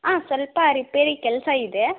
ಹಾಂ ಸ್ವಲ್ಪ ರಿಪೇರಿ ಕೆಲಸ ಇದೆ